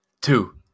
two